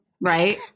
right